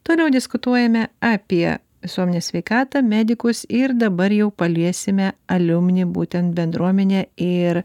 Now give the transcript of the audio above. toliau diskutuojame apie visuomenės sveikatą medikus ir dabar jau paliesime aliumni būtent bendruomenę ir